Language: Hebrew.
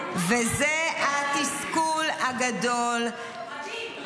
--- וזה התסכול הגדול --- מדהים,